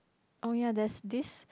oh ya there's this